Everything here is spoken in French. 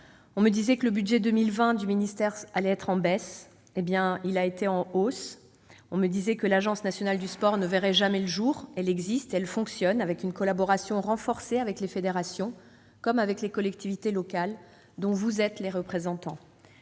On me disait que le budget du ministère pour 2020 serait en baisse ; il a été en hausse. On me disait que l'Agence nationale du sport ne verrait jamais le jour ; elle existe, et elle fonctionne dans une collaboration renforcée avec les fédérations comme avec les collectivités locales dont vous êtes les représentants.